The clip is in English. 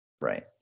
Right